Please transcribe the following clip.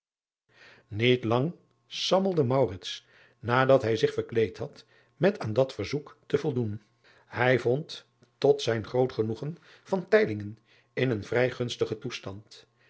iet lang sammelde nadat hij zich verkleed had met aan dat verzoek te voldoen ij vond toj zijn groot genoegen in een vrij gunstigen toestand